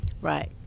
right